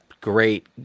great